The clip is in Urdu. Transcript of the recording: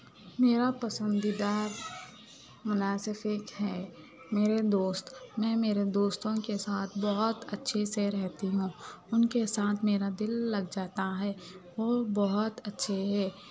میرا پسندیدہ ایک ہے میرے دوست میں میرے دوستوں کے ساتھ بہت اچھے سے رہتی ہوں ان کے ساتھ میرا دل لگ جاتا ہے اور بہت اچھے ہے